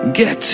get